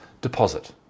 deposit